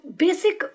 basic